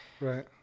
Right